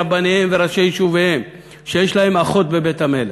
רבניהם וראשי יישוביהם שיש להם אחות בבית המלך,